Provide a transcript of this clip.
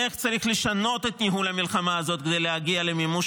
איך צריך לשנות את ניהול המלחמה הזאת כדי להגיע למימוש